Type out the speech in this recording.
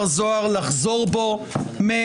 כאשר לא הצגתי נוסח לוועדה,